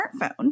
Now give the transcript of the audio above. smartphone